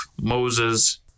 Moses